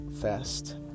fast